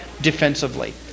defensively